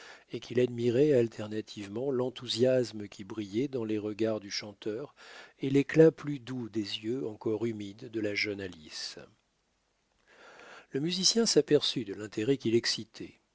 et qu'il admirait alternativement l'enthousiasme qui brillait dans les regards du chanteur et l'éclat plus doux des yeux encore humides de la jeune alice le musicien s'aperçut de l'intérêt qu'il excitait